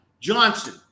Johnson